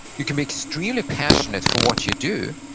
you can be extremely passionate for what you do,